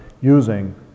using